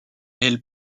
elle